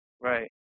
Right